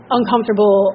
uncomfortable